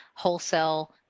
wholesale